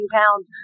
pounds